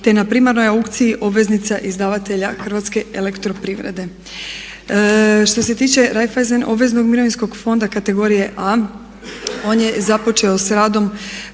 te na primarnoj aukciji obveznica izdavatelja Hrvatske elektroprivrede. Što se tiče Reiffeisen obveznog mirovinskog fonda kategorije 2 on je započeo s radom